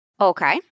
Okay